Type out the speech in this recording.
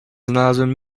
znalazłem